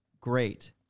great